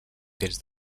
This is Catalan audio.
dents